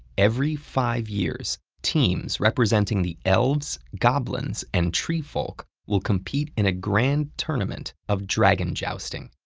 every five years, teams representing the elves, goblins, and treefolk will compete in a grand tournament of dragon jousting.